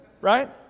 Right